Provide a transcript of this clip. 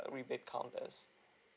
rebate count as